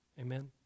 Amen